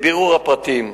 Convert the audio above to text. רצוני לשאול: